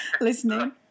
listening